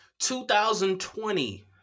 2020